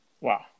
Wow